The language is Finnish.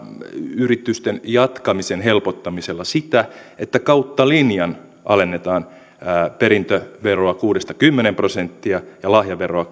yritysten jatkamisen helpottamisella sitä että kautta linjan alennetaan perintöveroa kuusi viiva kymmenen prosenttia ja lahjaveroa